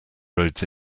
roads